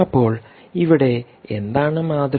അപ്പോൾ ഇവിടെ എന്താണ് മാതൃക